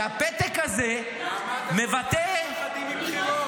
שהפתק הזה מבטא -- למה אתם מפחדים מבחירות?